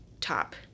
top